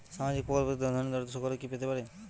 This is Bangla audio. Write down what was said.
সামাজিক প্রকল্প থেকে ধনী দরিদ্র সকলে কি পেতে পারে?